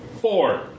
four